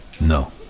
No